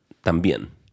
también